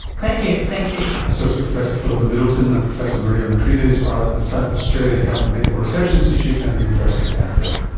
thank you. thank you. associate professor philippa middleton and professor maria makrides are at the south australian health and medical research institute at and the university of adelaide